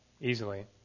easily